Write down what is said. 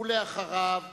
ואחריו,